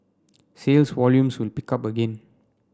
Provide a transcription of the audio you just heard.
sales volumes will pick up again